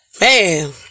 man